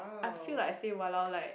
I feel like I say !walao! like